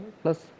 plus